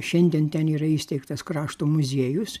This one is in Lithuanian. šiandien ten yra įsteigtas krašto muziejus